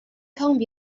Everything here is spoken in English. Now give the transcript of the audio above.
comb